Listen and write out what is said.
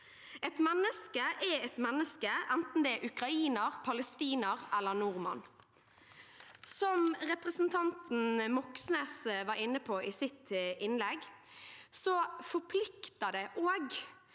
menneske er et menneske, enten det er en ukrainer, palestiner eller nordmann. Som representanten Moxnes var inne på i sitt innlegg, forplikter det oss